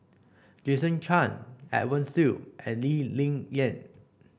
Jason Chan Edwin Siew and Lee Ling Yen